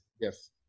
Yes